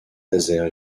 nazaire